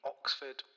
Oxford